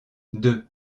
deux